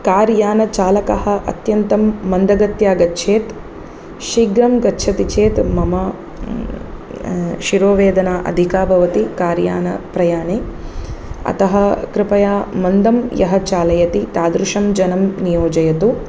कार्यानचालकः अत्यन्तं मन्दगत्या गच्छेत् शीघ्रं गच्छति चेत् मम शिरोवेदना अधिका भवति कार्यानप्रयाणे अतः कृपया मन्दं यः चालयति तादृशं जनं नियोजयतु